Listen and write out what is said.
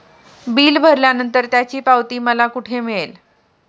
Bill भरल्यानंतर त्याची पावती मला कुठे मिळेल?